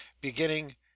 beginning